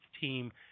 team